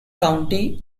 county